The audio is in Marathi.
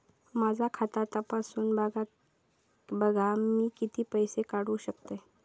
माझा खाता तपासून बघा मी किती पैशे काढू शकतय?